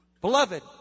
Beloved